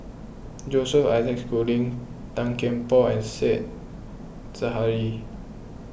Joseph Isaac Schooling Tan Kian Por and Said Zahari